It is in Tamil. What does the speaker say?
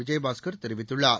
விஜயபாஸ்கர் தெரிவித்துள்ளார்